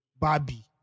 Barbie